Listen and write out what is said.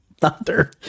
Thunder